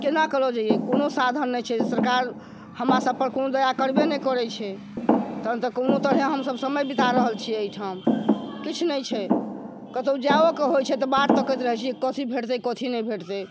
केना कऽ लअ जाइयै कोनो साधन नहि छै सरकार हमरा सबपर कोनो दया करबे नहि करै छै तहन तऽ कोनो तरहे हमसब समय बिता रहल छियै अइठाम किछु नहि छै कतौ जाइयोके होइ छै तऽ बाट तकैत रहै छियै कथी भेटतै कथी नहि भेटतै